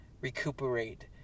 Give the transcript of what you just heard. recuperate